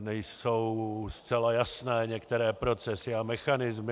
Nejsou zcela jasné některé procesy a mechanismy.